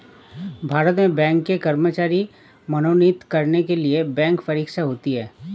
भारत में बैंक के कर्मचारी मनोनीत करने के लिए बैंक परीक्षा होती है